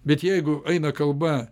bet jeigu eina kalba